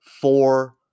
four